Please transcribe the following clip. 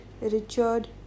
Richard